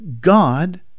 God